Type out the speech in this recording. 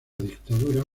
dictadura